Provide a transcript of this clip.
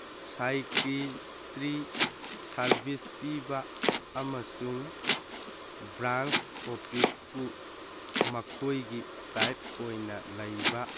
psychiatry service ꯄꯤꯕ ꯑꯃꯁꯨꯡ branch ꯑꯣꯐꯤꯁꯄꯨ ꯃꯈꯣꯏꯒꯤ ꯇꯥꯏꯞ ꯑꯣꯏꯅ ꯂꯩꯕ